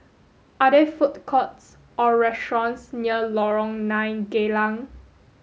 are there food courts or restaurants near Lorong Nine Geylang